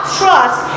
trust